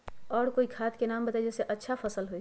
और कोइ खाद के नाम बताई जेसे अच्छा फसल होई?